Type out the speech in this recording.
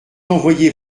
envoyer